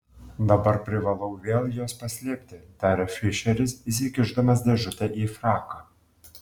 dabar privalau vėl juos paslėpti tarė fišeris įsikišdamas dėžutę į fraką